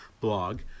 blog